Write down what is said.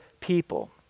people